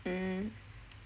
mm